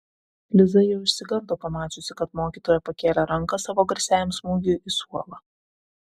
liza jau išsigando pamačiusi kad mokytoja pakėlė ranką savo garsiajam smūgiui į suolą